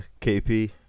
KP